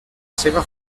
seva